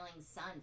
sun